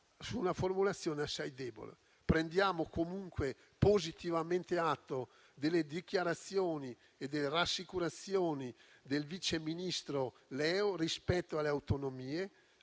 su una formulazione assai debole. Prendiamo comunque positivamente atto delle dichiarazioni e delle rassicurazioni del vice ministro Leo rispetto alle autonomie